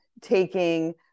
taking